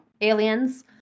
aliens